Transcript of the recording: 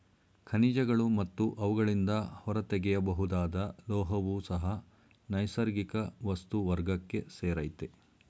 ಖನಿಜಗಳು ಮತ್ತು ಅವುಗಳಿಂದ ಹೊರತೆಗೆಯಬಹುದಾದ ಲೋಹವೂ ಸಹ ನೈಸರ್ಗಿಕ ವಸ್ತು ವರ್ಗಕ್ಕೆ ಸೇರಯ್ತೆ